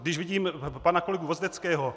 Když vidím pana kolegu Vozdeckého...